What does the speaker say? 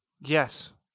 Yes